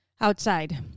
outside